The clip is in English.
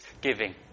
giving